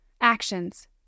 Actions